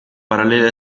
parallele